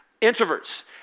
Introverts